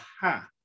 ha